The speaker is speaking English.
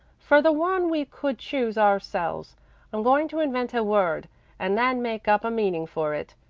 for the one we could choose ourselves i'm going to invent a word and then make up a meaning for it.